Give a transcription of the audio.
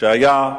שהיה בבר-אילן,